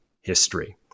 history